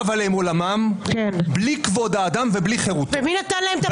עליהם עולמם בלי כבוד האדם ובלי חירותו -- ומי נתן להם את הפיצויים?